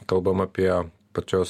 kalbam apie pačios